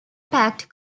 packed